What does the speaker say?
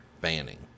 banning